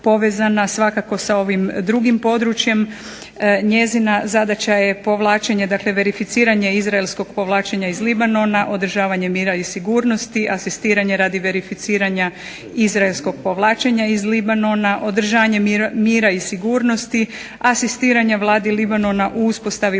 svakako sa ovim drugim područjem. Njezina zadaća je verificiranje Izraelskog povlačenja iz Libanona, održavanje mira i sigurnosti, asistiranje radi verificiranja Izraelskog povlačenja iz Libanona, održanje mira i sigurnosti, asistiranje Vladi Libanona u uspostavi